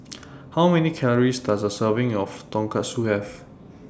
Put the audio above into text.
How Many Calories Does A Serving of Tonkatsu Have